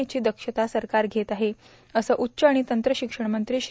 याची दक्षता सरकार घेत आहे असं उच्च आणि तंत्र शिक्षणमंत्री श्री